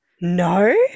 No